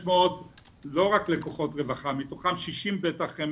600 לא רק לקוחות רווחה מתוכם 60 בטח הם